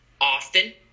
often